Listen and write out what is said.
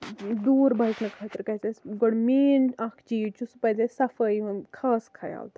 دوٗر بَچنہٕ خٲطرٕ گژھِ اَسہِ گۄڈٕ مین اکھ چیٖز چھُ سُہ پَزِ اَسہِ صفٲیی ہُند خاص خیال تھاوُن